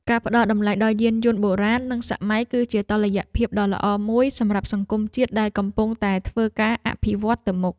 ការផ្ដល់តម្លៃដល់យានយន្តបុរាណនិងសម័យគឺជាតុល្យភាពដ៏ល្អមួយសម្រាប់សង្គមជាតិដែលកំពុងតែធ្វើការអភិវឌ្ឍន៍ទៅមុខ។